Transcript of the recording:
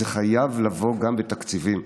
זה חייב לבוא גם בתקציבים.